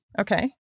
okay